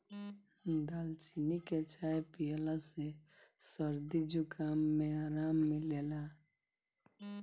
दालचीनी के चाय पियला से सरदी जुखाम में आराम मिलेला